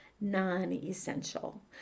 non-essential